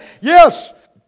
yes